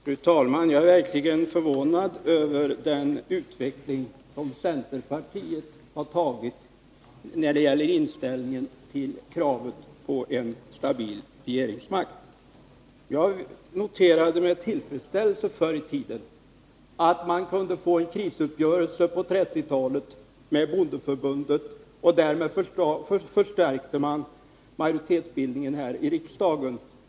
Fru talman! Jag är verkligen förvånad över den utveckling som centerpartiet har genomgått när det gäller inställningen till kravet på en stabil regeringsmakt. Jag noterade med tillfredsställelse att vi socialdemokrater på 1930-talet kunde nå en krisuppgörelse med bondeförbundet och därmed förstärka majoritetsbildningen här i riksdagen.